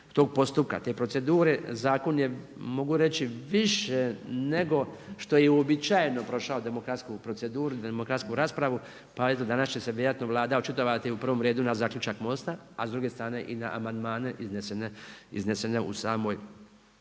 postupka, te procedure zakon je mogu reći više nego što je uobičajeno prošao demokratsku proceduru, demokratsku raspravu, pa eto danas će se vjerojatno Vlada očitovati u prvom redu na zaključak MOST-a a s druge strane i na amandmane iznesene u samoj